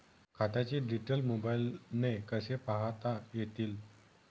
खात्याचे डिटेल्स मोबाईलने कसे पाहता येतील?